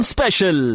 Special